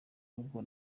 rugo